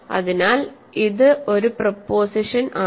അതിനാൽ ഇത് ഒരു പ്രൊപോസിഷൻ ആണ്